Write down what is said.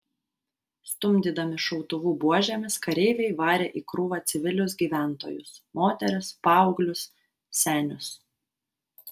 stumdydami šautuvų buožėmis kareiviai varė į krūvą civilius gyventojus moteris paauglius senius